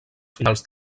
finals